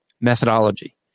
methodology